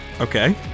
okay